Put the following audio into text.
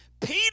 Peter